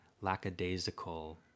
lackadaisical